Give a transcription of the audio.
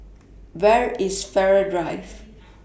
Where IS Farrer Drive